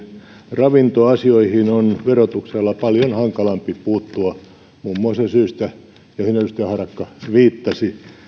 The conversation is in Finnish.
ravintoasioihin on verotuksella paljon hankalampi puuttua muun muassa syistä joihin edustaja harakka viittasi